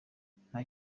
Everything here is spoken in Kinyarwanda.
nta